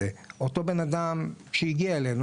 אותו בן אדם שהגיע אלינו,